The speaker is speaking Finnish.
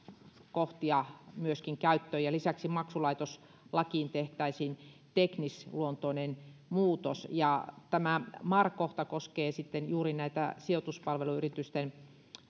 kohtia käyttöön lisäksi maksulaitoslakiin tehtäisiin teknisluontoinen muutos tämä mar kohta koskee juuri näitä sijoituspalveluyritysten